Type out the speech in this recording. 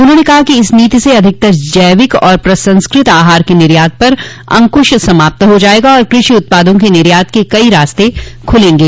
उन्होंने कहा कि इस नीति से अधिकतर जैविक और प्रसंस्कृत आहार के निर्यात पर अंक्श समाप्त हो जाएगा तथा कृषि उत्पादों के निर्यात के कई रास्ते खुलेंगे